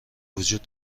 وجود